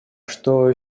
что